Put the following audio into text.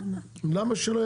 למה שלא יגיעו?